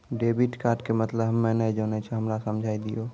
Debit card के मतलब हम्मे नैय जानै छौ हमरा समझाय दियौ?